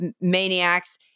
maniacs